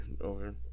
over